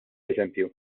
eżempju